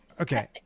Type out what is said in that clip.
Okay